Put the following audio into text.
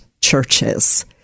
churches